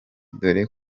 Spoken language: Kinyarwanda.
dore